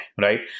right